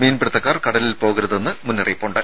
മീൻപിടുത്തക്കാർ കടലിൽ പോകരുതെന്ന് മുന്നറിയിപ്പുണ്ട്